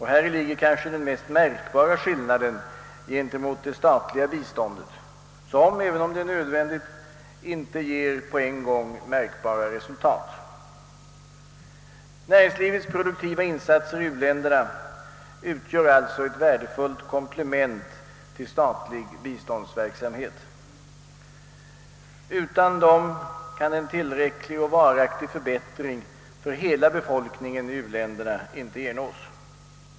Häri ligger kanske den mest märkbara skillnaden i förhållande till det statliga biståndet som — ehuru nödvändigt — inte ger på en gång märkbara resultat. Näringslivets produktiva insatser i u-länderna utgör alltså ett värdefullt komplement till statlig biståndsverksamhet. Utan dessa insatser kan en tillräcklig och varaktig förbättring för hela befolkning en i u-länderna inte ernås.